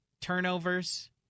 Turnovers